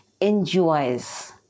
enjoys